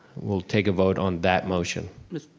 we'll take a vote on that motion. mr.